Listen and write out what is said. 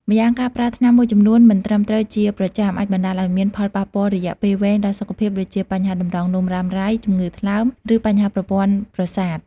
ម្យ៉ាងការប្រើថ្នាំមួយចំនួនមិនត្រឹមត្រូវជាប្រចាំ អាចបណ្ដាលឱ្យមានផលប៉ះពាល់រយៈពេលវែងដល់សុខភាព ដូចជាបញ្ហាតម្រងនោមរ៉ាំរ៉ៃ ជំងឺថ្លើម ឬបញ្ហាប្រព័ន្ធប្រសាទ។